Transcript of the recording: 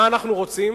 מה אנחנו רוצים?